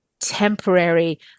temporary